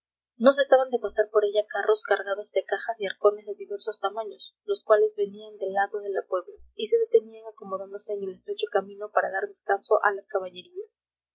no cesaban de pasar por ella carros cargados de cajas y arcones de diversos tamaños los cuales venían del lado de la puebla y se detenían acomodándose en el estrecho camino para dar descanso a las caballerías